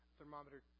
Thermometer